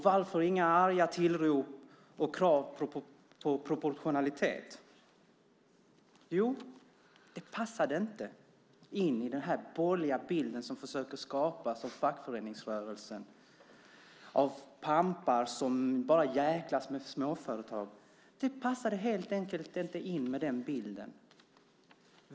Varför inga arga tillrop och krav på proportionalitet? Jo, för det passade inte in i den bild som de borgerliga försöker skapa av fackföreningsrörelsen, bilden av pampar som bara jäklas med småföretag. Det passade helt enkelt inte in i den bilden.